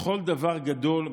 בכל דבר גדול,